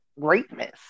greatness